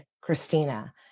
Christina